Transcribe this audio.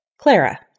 Clara